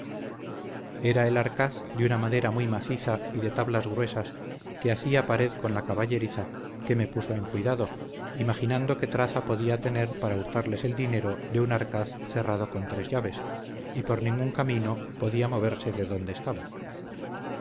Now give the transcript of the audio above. era el arcaz de una madera muy maciza y de tablas gruesas que hacía pared con la caballeriza que me puso en cuidado imaginando qué traza podría tener para hurtarles el dinero de un arcaz cerrado con tres llaves y por ningún camino podía moverse de donde estaba